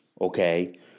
okay